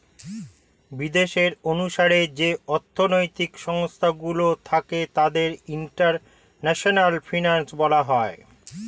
বিদেশের অনুসারে যে অর্থনৈতিক সংস্থা গুলো থাকে তাদের ইন্টারন্যাশনাল ফিনান্স বলা হয়